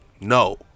no